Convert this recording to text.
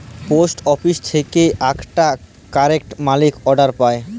post office থেক্যে আকটা ক্যারে মালি অর্ডার পায়